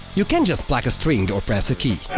you can't just pluck a string or press a key.